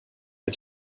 wir